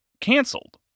canceled